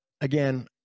again